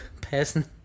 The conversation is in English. person